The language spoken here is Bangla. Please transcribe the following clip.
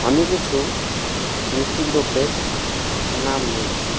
আমি কিছু মিষ্টি দ্রব্যের নাম বলছি